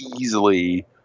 easily